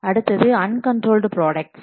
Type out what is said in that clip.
அடுத்தது uncontrolled products